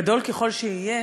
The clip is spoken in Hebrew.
גדול ככל שיהיה